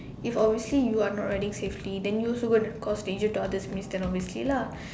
if obviously you are not riding safely then you also going to cause danger to others means then obviously lah